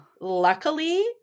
luckily